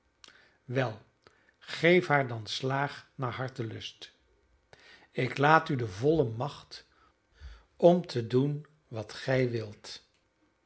wel geef haar dan slaag naar hartelust ik laat u de volle macht om te doen wat gij wilt